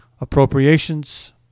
appropriations